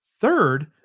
Third